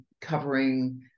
covering